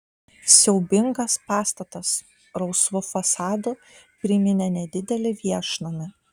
siaubingas pastatas rausvu fasadu priminė nedidelį viešnamį